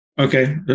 Okay